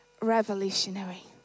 revolutionary